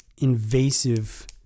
invasive